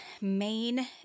main